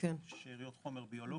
משאריות חומר ביולוגי.